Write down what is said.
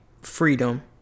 freedom